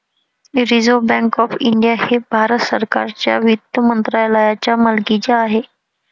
reserve Bank of India हे भारत सरकारच्या वित्त मंत्रालयाच्या मालकीचे आहे